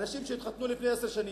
אנשים שהתחתנו לפני עשר שנים,